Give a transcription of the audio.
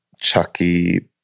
chucky